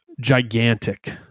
Gigantic